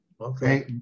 okay